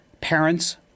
parents